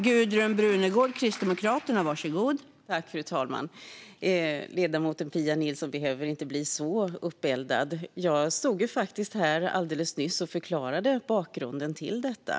Fru talman! Ledamoten Pia Nilsson behöver inte bli så uppeldad. Jag förklarade alldeles nyss bakgrunden till detta.